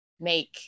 make